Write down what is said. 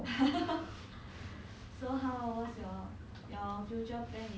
maybe you can go work first maybe one two years